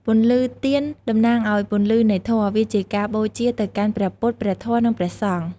ពន្លឺទៀនតំណាងឲ្យពន្លឺនៃធម៌ វាជាការបូជាទៅកាន់ព្រះពុទ្ធ ព្រះធម៌ និងព្រះសង្ឃ។